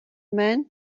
men